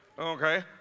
okay